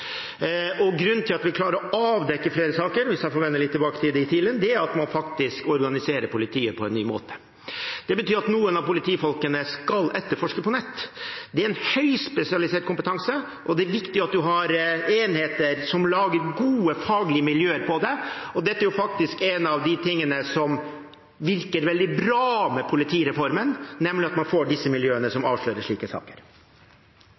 Grunnen til at vi klarer å avdekke flere saker – hvis jeg får vende litt tilbake til det – er at man faktisk organiserer politiet på en ny måte. Det betyr at noen av politifolkene skal etterforske på nett. Det er en høyst spesialisert kompetanse, og det er viktig at man har enheter som lager gode faglige miljøer for det. Dette er faktisk en av de tingene som virker veldig bra med politireformen, nemlig at man får disse miljøene som avslører slike saker.